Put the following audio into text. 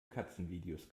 katzenvideos